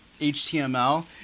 HTML